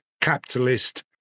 capitalist